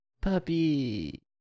Puppy